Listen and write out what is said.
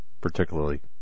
particularly